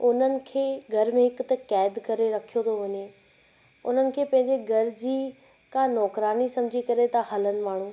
उन्हनि खे घर में हिक त क़ैद करे रखियो थो वञे उन्हनि खे पंहिंजे घर जी का नौकरानी समुझी करे था हलनि माण्हू